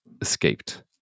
escaped